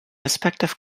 respective